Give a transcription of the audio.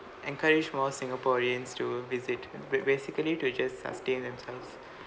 encourage more singaporeans to visit bas~ basically to just sustain themselves